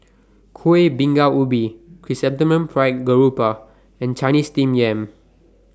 Kuih Bingka Ubi Chrysanthemum Fried Garoupa and Chinese Steamed Yam